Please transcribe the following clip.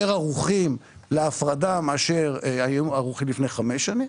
ערוכים להפרדה מאשר היו ערוכים לפני חמש שנים.